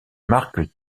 marque